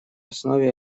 основе